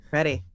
Ready